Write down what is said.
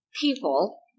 people